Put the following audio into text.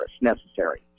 necessary